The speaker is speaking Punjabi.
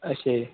ਅੱਛਾ ਜੀ